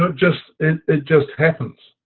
it just it just happens.